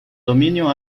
dominio